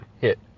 hit